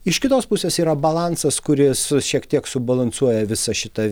iš kitos pusės yra balansas kuris šiek tiek subalansuoja visą šitą